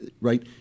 right